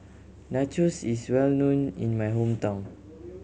nachos is well known in my hometown